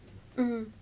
mm